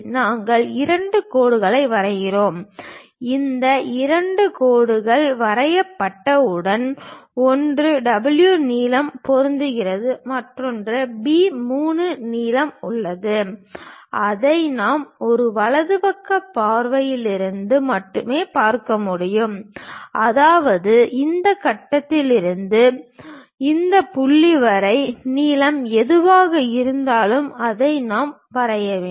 நாங்கள் இரண்டு கோடுகளை வரைகிறோம் இந்த இரண்டு கோடுகள் வரையப்பட்டவுடன் ஒன்று W நீளம் பொருந்துகிறது மற்றும் B 3 நீளம் உள்ளது அதை நாம் ஒரு வலது பக்க பார்வையில் இருந்து மட்டுமே பார்க்க முடியும் அதாவது இந்த கட்டத்தில் இருந்து இந்த புள்ளி வரை நீளம் எதுவாக இருந்தாலும் அதை நாம் வரைய வேண்டும்